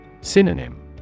Synonym